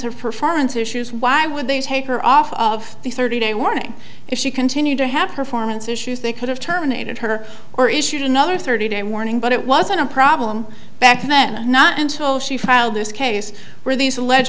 of performance issues why would they take her off of the thirty day warning if she continued to have her four minutes issues they could have terminated her or issued another thirty day warning but it wasn't a problem back then not until she filed this case where these alleged